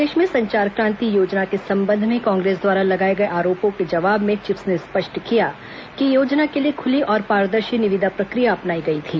प्रदेश में संचार क्रांति योजना के संबंध में कांग्रेस द्वारा लगाए गए आरोपों के जवाब में चिप्स ने स्पष्ट किया कि योजना के लिए खुली और पारदर्शी निविदा प्रक्रिया अपनाई गई थी